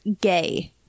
Gay